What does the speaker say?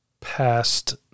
past